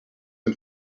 and